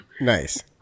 Nice